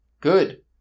Good